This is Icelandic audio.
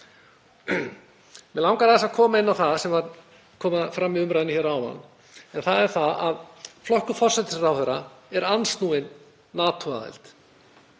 Mig langar aðeins að koma inn á það sem kom fram í umræðunni hér áðan en það er að flokkur forsætisráðherra er andsnúinn NATO-aðild.